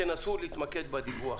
תנסו להתמקד בדיווח.